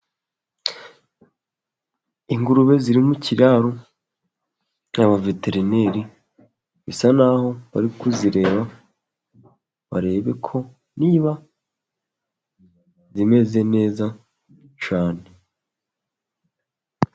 Ingurube ziri mukraro ikiraro, aba veterineri bisa naho bari kuzireba ,barebeko niba zimeze neza cyane.